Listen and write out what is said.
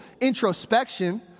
introspection